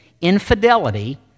infidelity